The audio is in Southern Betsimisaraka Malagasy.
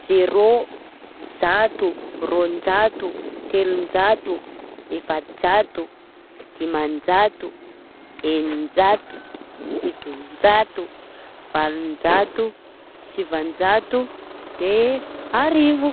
Zerô, zato, rônjato, telonjato, efajato, dimanjato, eninjato, fitonjato, valonjato, sivanjato, de arivo.